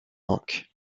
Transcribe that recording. manquent